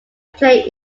play